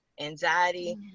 anxiety